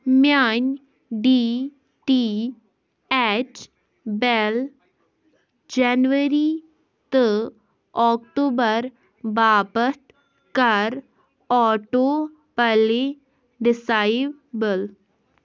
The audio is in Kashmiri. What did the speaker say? میٛانہِ D T H bill January تہٕ آکٹوٗبَر باپَتھ کَر آٹو پَلے ڈسایبٕل